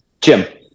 Jim